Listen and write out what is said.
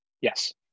Yes